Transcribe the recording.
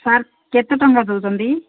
sir କେତେ ଟଙ୍କା ଦେଉଛନ୍ତି